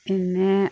പിന്നെ